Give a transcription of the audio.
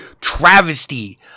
travesty